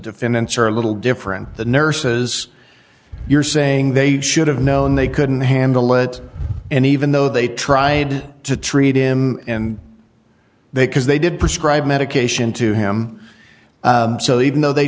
defendants are a little different the nurses you're saying they should have known they couldn't handle it and even though they tried to treat him and because they did prescribe medication to him so even though they